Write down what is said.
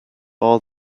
all